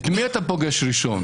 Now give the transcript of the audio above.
את מי אתה פוגש ראשון?